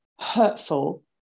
hurtful